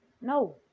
no